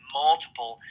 multiple